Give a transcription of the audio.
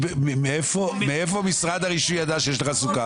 מאיפה משרד הרישוי ידע שיש לך סוכר?